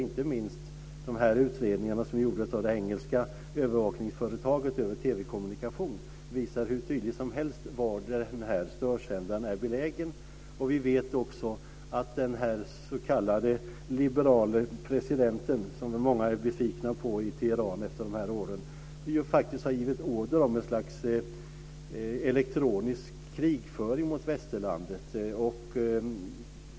Inte minst de här utredningarna, som gjordes av det engelska övervakningsföretaget gällande TV-kommunikation, visar hur tydligt som helst var den här störsändaren är belägen. Vi vet också att den här s.k. liberala presidenten, som många är besvikna på i Teheran efter de här åren, faktiskt har givit order om ett slags elektronisk krigföring mot västerlandet.